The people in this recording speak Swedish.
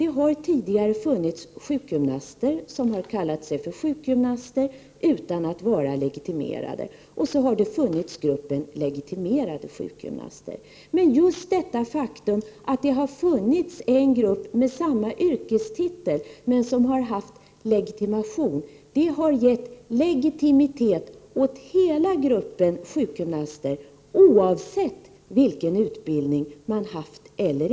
Tidigare har det funnits sjukgymnaster som har kallat sig för sjukgymnaster utan att vara legitimerade. Vidare har det också funnits en grupp legitimerade sjukgymnaster. Just detta faktum att det har funnits en grupp med samma yrkestitel men som har haft legitimation har gett legitimitet åt hela gruppen sjukgymnaster, oavsett utbildning.